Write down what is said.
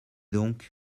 donc